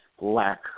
lack